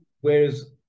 whereas